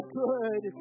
good